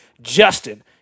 Justin